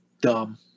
dumb